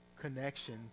connection